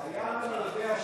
זה היה, משורר,